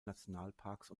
nationalparks